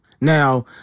Now